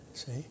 See